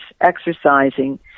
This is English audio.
exercising